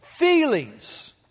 feelings